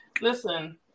listen